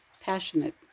passionate